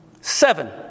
Seven